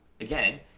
again